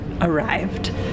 arrived